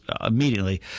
immediately